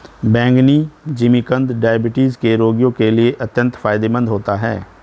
बैंगनी जिमीकंद डायबिटीज के रोगियों के लिए अत्यंत फायदेमंद होता है